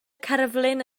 cerflun